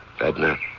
Edna